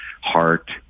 heart